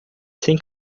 sem